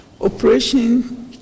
Operation